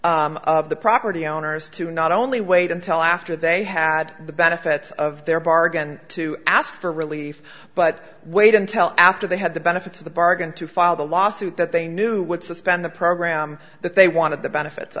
cynical of the property owners to not only wait until after they had the benefits of their bargain to ask for relief but wait until after they had the benefits of the bargain to file the lawsuit that they knew would suspend the program that they wanted the benefits